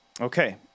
Okay